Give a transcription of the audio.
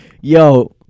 Yo